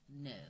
no